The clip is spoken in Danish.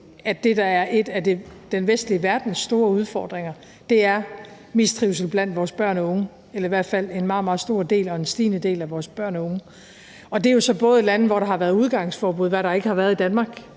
at det, der er en af den vestlige verdens store udfordringer, er mistrivsel blandt vores børn og unge; det gælder i hvert fald en meget, meget stor del og stigende del af vores børn og unge. Og det gælder jo så både lande, hvor der har været udgangsforbud, hvad der ikke har været i Danmark